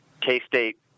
K-State